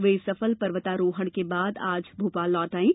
वे इस सफल पर्वतारोहण के बाद आज भोपाल लौट आईं